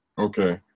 okay